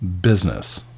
business